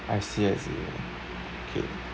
I see I see okay